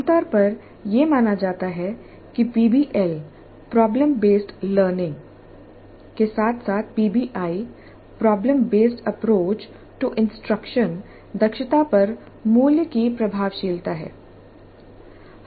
आमतौर पर यह माना जाता है कि पीबीएल प्रॉब्लम बेसड लर्निंग के साथ साथ PBI problem based approach to instruction दक्षता पर मूल्य कि प्रभावशीलता है